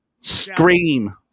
Scream